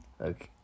Okay